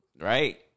Right